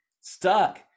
stuck